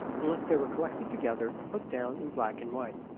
unless they were collected together and put down in black and white.